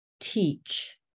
Teach